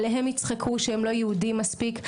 עליהם יצחקו שהם לא יהודים מספיק.